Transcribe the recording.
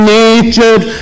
nature